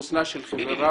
חוסנה של חברה,